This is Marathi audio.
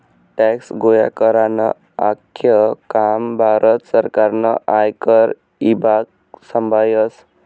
टॅक्स गोया करानं आख्खं काम भारत सरकारनं आयकर ईभाग संभायस